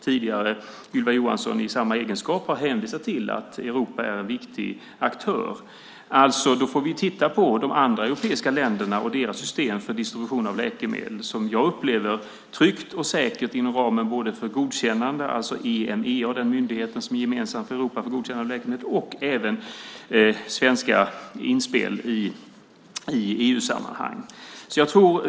Tidigare har Ylva Johansson i egenskap av socialminister hänvisat till att Europa är en viktig aktör. Då får vi titta på de andra europeiska länderna och deras system för distribution av läkemedel. Jag upplever det som tryggt och säkert inom ramen för godkännande, det vill säga Emea som är den gemensamma myndigheten i Europa för godkännande av läkemedel, och svenska inspel i EU-sammanhang. Fru talman!